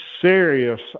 serious